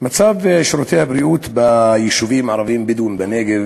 מצב שירותי הבריאות ביישובים הערביים הבדואיים בנגב.